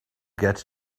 get